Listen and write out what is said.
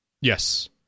Yes